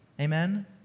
Amen